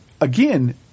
again